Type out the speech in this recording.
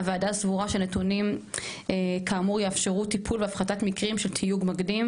הוועדה סבורה שנתונים כאמור יאפשרו טיפול והפחתת מקרים של תיוג מקדים,